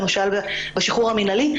למשל בשחרור המינהלי,